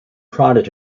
prodded